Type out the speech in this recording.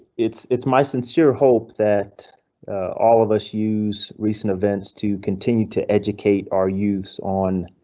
it's it's my sincere hope that all of us use recent events to continue to educate our youth on.